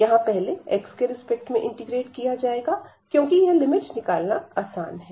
यहां पहले x के रिस्पेक्ट में इंटीग्रेट किया जाएगा क्योंकि यह लिमिट निकालना आसान है